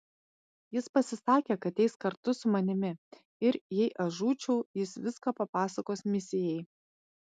jis pasisakė kad eis kartu su manimi ir jei aš žūčiau jis viską papasakos misijai